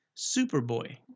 Superboy